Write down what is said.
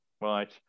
right